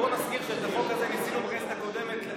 בוא נזכיר שאת החוק הזה ניסינו בכנסת הקודמת,